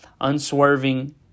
unswerving